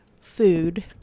food